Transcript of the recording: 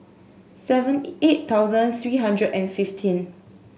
seven eight thousand three hundred and fifteen